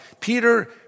Peter